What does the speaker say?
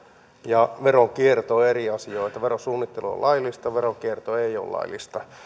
ja veronkierto ovat eri asioita verosuunnittelu on laillista veronkierto ei ole laillista